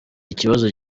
ikibazo